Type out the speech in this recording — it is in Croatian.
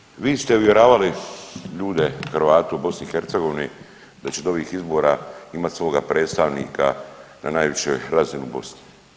Ministre vi ste uvjeravali ljude Hrvate u BiH da će do ovih izbora imati svoga predstavnika na najvišoj razini u Bosni.